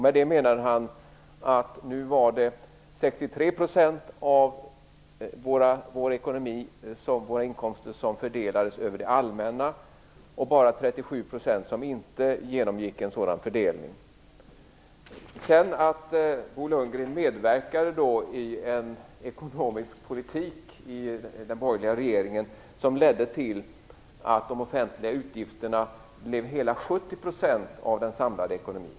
Med detta menade han att det var 63 % av de totala inkomsterna som fördelades över det allmänna och bara 37 % som inte genomgick en sådan fördelning. Sedan medverkade Bo Lundgren i den borgerliga regeringens politik, och den ledde till att de offentliga utgifterna blev hela 70 % av den samlade ekonomin.